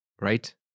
Right